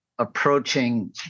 approaching